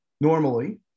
normally